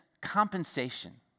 compensation